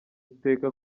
iteka